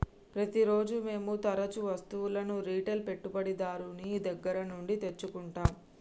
ప్రతిరోజూ మేము తరుచూ వస్తువులను రిటైల్ పెట్టుబడిదారుని దగ్గర నుండి తెచ్చుకుంటం